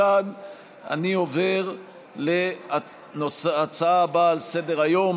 מכאן אני עובר להצעה הבאה על סדר-היום,